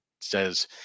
says